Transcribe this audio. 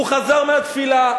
הוא חזר מהתפילה.